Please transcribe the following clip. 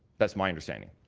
that's my understanding.